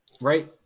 Right